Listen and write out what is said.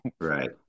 right